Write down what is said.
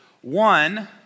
One